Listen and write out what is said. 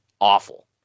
awful